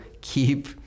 keep